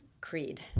Creed